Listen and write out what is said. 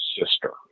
sister